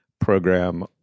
program